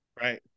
Right